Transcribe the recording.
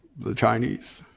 the chinese.